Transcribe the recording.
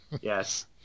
yes